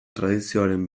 tradizioaren